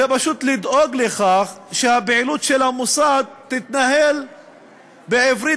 זה פשוט לדאוג לכך שהפעילות של המוסד תתנהל בעברית,